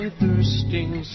thirsting